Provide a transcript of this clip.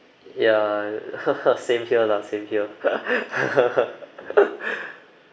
ya same here lah same here